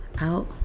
out